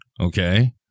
okay